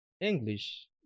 english